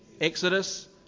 Exodus